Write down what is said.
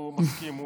הוא מסכים.